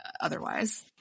otherwise